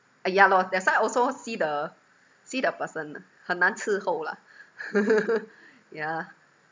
ah ya lor that's why also see the see the person 很难伺候 lah yeah